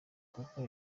kuko